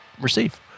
receive